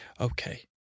Okay